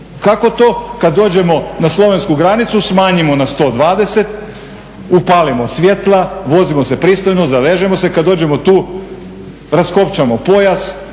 Kako to kada dođemo na slovensku granicu smanjimo na 120, upalimo svjetla, vozimo se pristojno, zavežemo se, kada dođemo tu raskopčamo pojas,